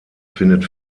findet